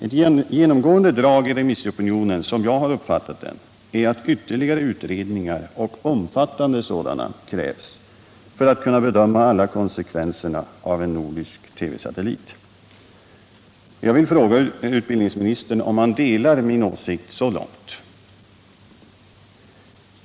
Ett genomgående drag i remissopinionen, som jag uppfattat den, är att ytterligare utredningar och omfattande sådana krävs för att kunna bedöma alla konsekvenserna av en nordisk TV-satellit. Jag vill fråga utbildningsministern om han delar min åsikt så långt.